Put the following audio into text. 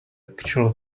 actual